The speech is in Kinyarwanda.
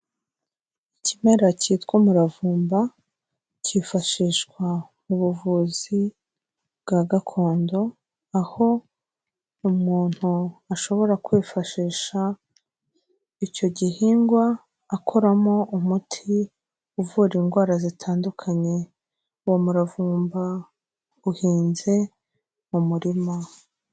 Ikimera cyitwa umuravumba cyifashishwa mu buvuzi bwa gakondo aho umuntu ashobora kwifashisha icyo gihingwa akoramo umuti uvura indwara zitandukanye, uwo muravumba uhinze mu murima.